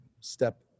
step